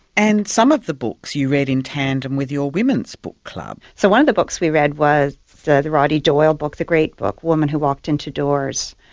and some of the books you read in tandem with your women's book club. so one of the books we read was the the roddy doyle book, the great book the woman who walked into doors,